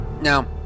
Now